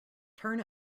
turn